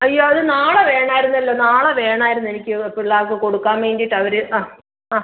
അയ്യോ അത് നാളെ വേണമായിരുന്നല്ലോ നാളെ വേണമായിരുന്നു എനിക്ക് പിള്ളാർക്ക് കൊടുക്കാൻ വേണ്ടിയിട്ട് അവർ ആ ആ